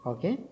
Okay